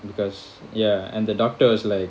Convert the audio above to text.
because ya and the doctor's like